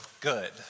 good